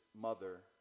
mother